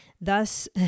Thus